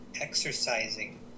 exercising